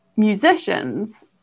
musicians